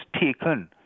taken